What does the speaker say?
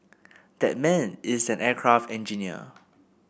that man is an aircraft engineer